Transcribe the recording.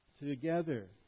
together